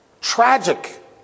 tragic